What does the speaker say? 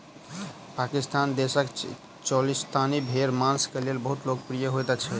पाकिस्तान देशक चोलिस्तानी भेड़ मांस के लेल बहुत लोकप्रिय होइत अछि